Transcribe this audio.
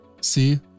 See